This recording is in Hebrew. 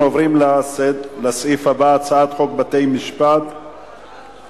אנחנו עוברים לסעיף הבא: הצעת חוק בתי-המשפט (תיקון,